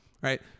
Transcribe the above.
right